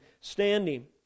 standing